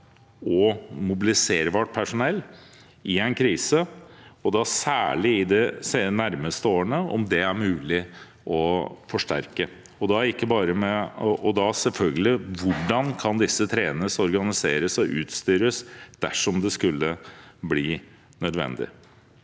og mobiliserbart personell i en krise, og da særlig i de nærmeste årene, om det er mulig å forsterke det. Da handler det selvfølgelig om hvordan disse kan trenes, organiseres og utstyres dersom det skulle bli nødvendig.